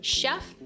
chef